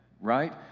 right